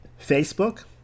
Facebook